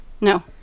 No